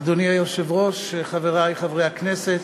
אדוני היושב-ראש, חברי חברי הכנסת,